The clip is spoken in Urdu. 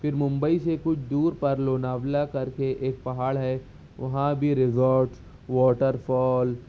پھر ممبئی سے کچھ دور پر لوناوالا کر کے ایک پہاڑ ہے وہاں بھی ریزارٹ واٹر فال